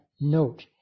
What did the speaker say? note